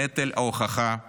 נטל ההוכחה עליכם.